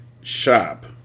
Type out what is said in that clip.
shop